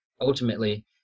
ultimately